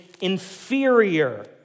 inferior